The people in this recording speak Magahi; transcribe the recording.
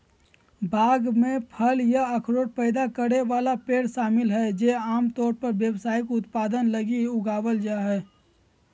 बाग में फल या अखरोट पैदा करे वाला पेड़ शामिल हइ जे आमतौर पर व्यावसायिक उत्पादन लगी उगावल जा हइ